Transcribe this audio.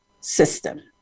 system